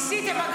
ניסיתם.